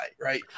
right